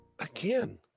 Again